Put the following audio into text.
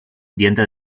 diente